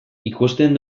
ikusten